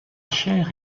chair